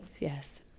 Yes